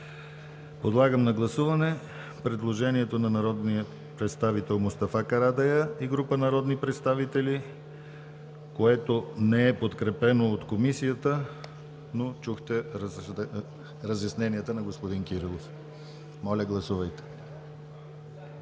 Подлагам на гласуване предложението на народния представител Мустафа Карадайъ и група народни представители, което не е подкрепено от Комисията, но чухте разясненията на господин Кирилов. Гласували